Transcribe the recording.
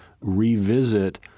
revisit